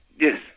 Yes